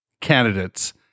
candidates